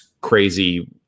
crazy –